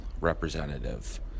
representative